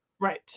Right